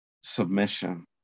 submission